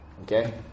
Okay